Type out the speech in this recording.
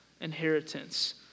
Inheritance